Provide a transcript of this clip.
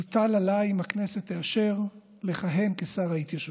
יוטל עליי, אם הכנסת תאשר, לכהן כשר ההתיישבות.